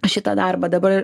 šitą darbą dabar